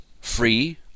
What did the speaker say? free